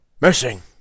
Missing